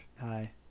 hi